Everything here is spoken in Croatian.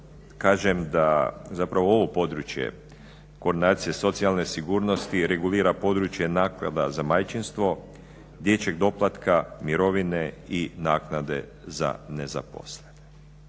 kažem da zapravo ovo područje koordinacije socijalne sigurnosti regulira područje naknada za majčinstvo, dječjeg doplatka, mirovine i naknade za nezaposlene.